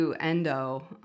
Endo